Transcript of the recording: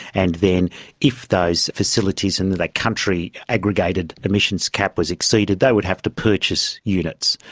and then if those facilities in that country aggregated emissions cap was exceeded, they would have to purchase units.